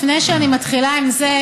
לפני שאני מתחילה עם זה,